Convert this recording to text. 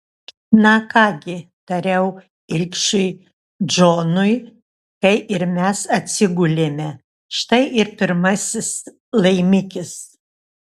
na ką gi tariau ilgšiui džonui kai ir mes atsigulėme štai ir pirmasis laimikis